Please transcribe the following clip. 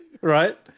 right